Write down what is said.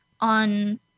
on